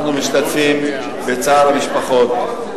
אנחנו משתתפים בצער המשפחות.